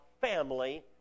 family